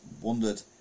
wondered